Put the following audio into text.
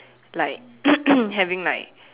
like having like